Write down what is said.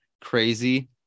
Crazy